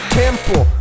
temple